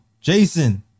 Jason